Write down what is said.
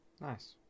nice